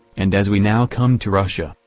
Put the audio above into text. and as we now come to russia,